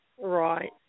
Right